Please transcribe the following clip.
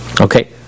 Okay